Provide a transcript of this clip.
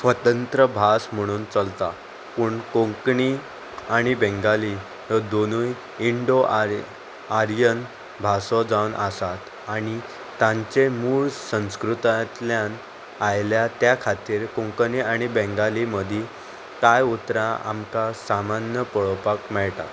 स्वतंत्र भास म्हणून चलता पूण कोंकणी आनी बेंगाली ह्यो दोनूय इंडो आर्य आर्यन भासो जावन आसात आनी तांचे मूळ संस्कृतांतल्यान आयल्या त्या खातीर कोंकणी आनी बेंगाली मदीं कांय उतरां आमकां सामान्य पळोवपाक मेळटा